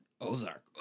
Ozark